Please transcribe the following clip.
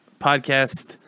Podcast